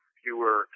fewer